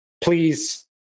please